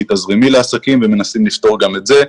תזרימי לעסקים ומנסים לפתור גם את זה,